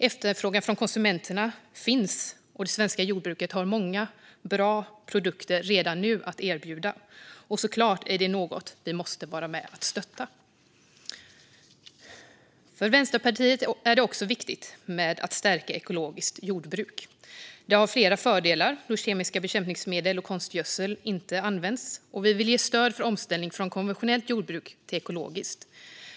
Efterfrågan från konsumenterna finns, och det svenska jordbruket har redan nu många bra produkter att erbjuda. Detta är såklart något som vi måste vara med och stötta. För Vänsterpartiet är det viktigt att stärka ekologiskt jordbruk. Det har flera fördelar då kemiska bekämpningsmedel och konstgödsel inte används. Vi vill ge stöd för omställning från konventionellt jordbruk till ekologiskt.